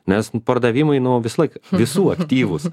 nes pardavimai nu visąlaik visų aktyvūs